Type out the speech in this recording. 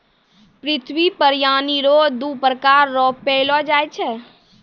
पृथ्वी पर पानी रो दु प्रकार रो पैलो जाय छै